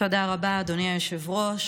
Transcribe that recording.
תודה רבה, אדוני היושב-ראש.